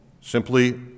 simply